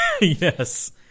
Yes